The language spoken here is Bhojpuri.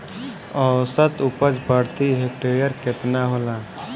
औसत उपज प्रति हेक्टेयर केतना होला?